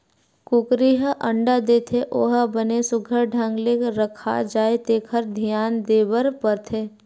कुकरी ह अंडा देथे ओ ह बने सुग्घर ढंग ले रखा जाए तेखर धियान देबर परथे